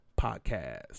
podcast